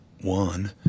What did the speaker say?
one